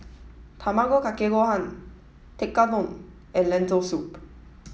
Tamago Kake Gohan Tekkadon and Lentil Soup